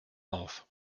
auf